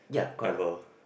ever